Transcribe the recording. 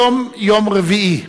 היום יום רביעי,